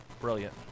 brilliant